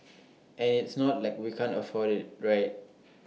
and it's not like we can't afford IT right